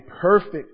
perfect